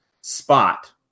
spot